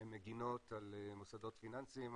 הן מגנות על מוסדות פיננסיים,